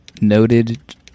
noted